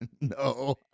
No